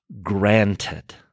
granted